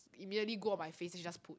immediately go on my face then she just put